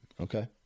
Okay